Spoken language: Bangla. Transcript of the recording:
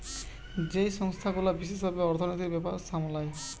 যেই সংস্থা গুলা বিশেষ ভাবে অর্থনীতির ব্যাপার সামলায়